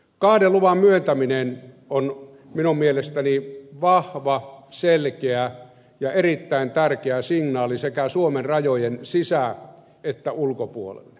kahden luvan myöntäminen on minun mielestäni vahva selkeä ja erittäin tärkeä signaali sekä suomen rajojen sisä että ulkopuolelle